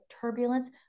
turbulence